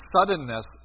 suddenness